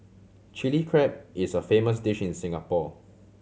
Chilli Crab is a famous dish in Singapore